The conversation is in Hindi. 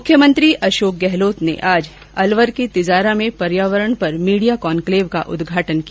मुख्यमंत्री अशोक गहलोत ने आज अलवर के तिजारा में पर्यावरण पर मीडिया कॉनक्लेव का उद्घाटन किया